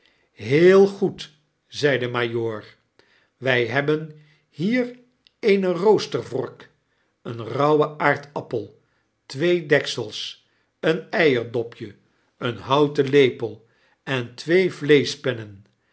heel goed zei de majoor wij hebben hier eene roostervork een rauwen aardappel twee deksels een eierdopje een houten lepel en twee vleeschpennen